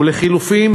ולחלופין,